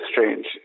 strange